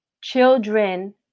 children